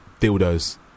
dildos